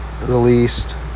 released